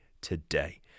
today